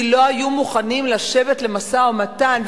כי לא היו מוכנים לשבת למשא-ומתן,